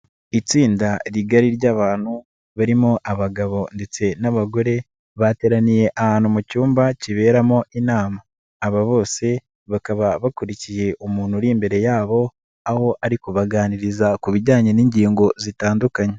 Itsinda rigari ry'abantu, barimo abagabo ndetse n'abagore, bateraniye ahantu mu cyumba kiberamo inama. Aba bose bakaba bakurikiye umuntu uri imbere yabo, aho ari kubaganiriza ku bijyanye n'ingingo zitandukanye.